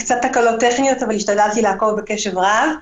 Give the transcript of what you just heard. קצת תקלות טכניות, אבל השתדלתי לעקוב בקשב רב.